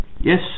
Yes